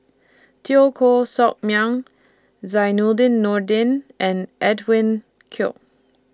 Teo Koh Sock Miang Zainudin Nordin and Edwin Koek